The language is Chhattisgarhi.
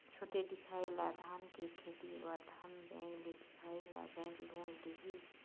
छोटे दिखाही ला धान के खेती बर धन बैंक ले दिखाही ला बैंक लोन दिही?